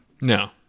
No